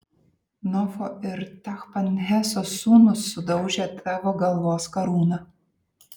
nofo ir tachpanheso sūnūs sudaužė tavo galvos karūną